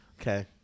Okay